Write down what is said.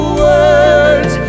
words